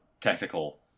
technical